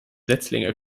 setzlinge